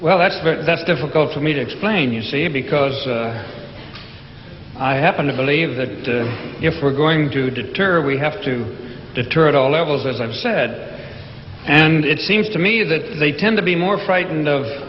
well that's very difficult for me to explain you see because i happen to believe that if we're going to deter we have to deter at all levels as i've said and it seems to me that they tend to be more frightened of